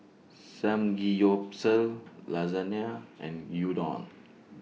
Samgeyopsal Lasagne and Gyudon